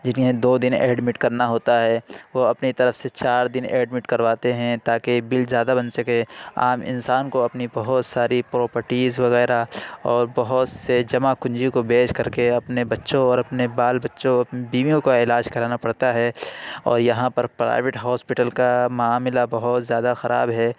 جنہیں دو دِن ایڈمٹ کرنا ہوتا ہے وہ اپنے طرف سے چار دِن ایڈمٹ کرواتے ہیں تاکہ بل زیادہ بن سکے عام انسان کو اپنی بہت ساری پراپرٹیز وغیرہ اور بہت سے جمع کنجی کو بیچ کر کے اپنے بچوں اور اپنے بال بچوں بیویوں کا علاج کرانا پڑتا ہے اور یہاں پر پرائیویٹ ہاسپیٹل کا معاملہ بہت زیادہ خراب ہے